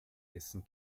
dessen